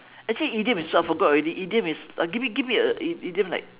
actually idiom is I forgot already idiom is uh give me give me a idiom like